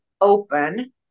open